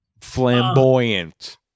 Flamboyant